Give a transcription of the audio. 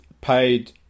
paid